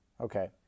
okay